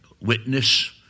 witness